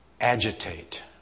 agitate